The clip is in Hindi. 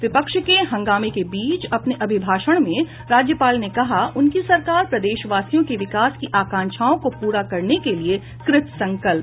विपक्ष के हंगामे के बीच अपने अभिभाषण में राज्यपाल ने कहा उनकी सरकार प्रदेशवासियों की विकास की आंकाक्षाओं को पूरा करने के लिये कृतसंकल्प